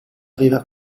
aveva